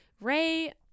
ray